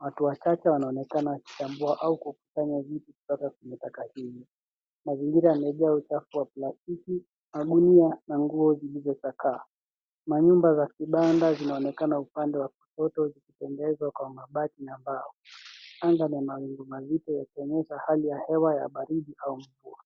Watu wachache wanaonekana wakichambua au kukusanya vitu kutoka kwenye taka hili .Mazingira yamejaa uchafu wa plastiki na gunia ya nguo zilizochakaa .Manyumba za kibanda zinaonekana upande wa kushoto zikitengenezwa kwa mabati na mbao. Angaa la mawingu mazito yakionyesha hali ya hewa ya baridi au mvua.